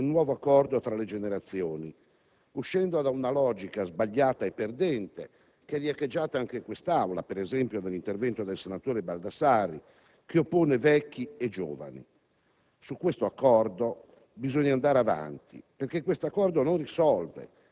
la gradualità dell'innalzamento dell'età pensionabile, apra prospettive per un nuovo accordo tra le generazioni uscendo da una logica sbagliata e perdente riecheggiata anche in quest'Aula (per esempio, nell'intervento del senatore Baldassarri) che contrappone vecchi e giovani.